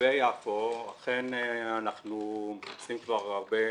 לגבי יפו, אכן אנחנו מחפשים כבר הרבה